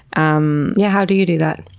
um yeah how do you do that?